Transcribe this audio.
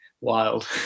wild